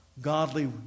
godly